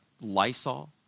Lysol